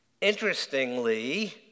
Interestingly